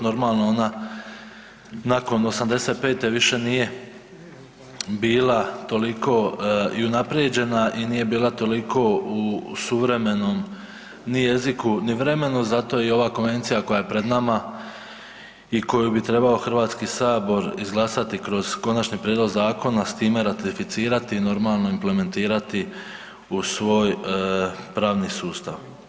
Normalno, ona nakon '85. više nije bila toliko i unaprijeđena i nije bila toliko u suvremenom ni jeziku ni vremenu, zato i ova konvencija koja je pred nama i koju bi trebao HS izglasati kroz konačni prijedlog zakona s time ratificirati i normalno implementirati u svoj pravni sustav.